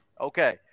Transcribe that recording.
Okay